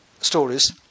stories